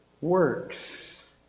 works